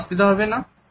কোন অসুবিধা হবে না